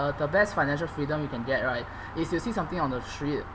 the best financial freedom you can get right is you see something on the street